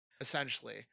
essentially